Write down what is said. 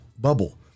bubble